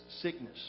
sickness